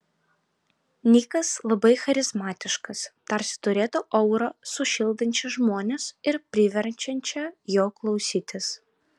nikas labai charizmatiškas tarsi turėtų aurą sušildančią žmones ir priverčiančią jo klausytis